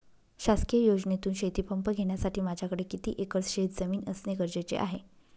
शासकीय योजनेतून शेतीपंप घेण्यासाठी माझ्याकडे किती एकर शेतजमीन असणे गरजेचे आहे?